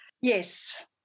yes